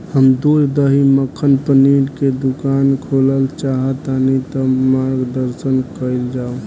हम दूध दही मक्खन पनीर के दुकान खोलल चाहतानी ता मार्गदर्शन कइल जाव?